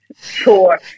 sure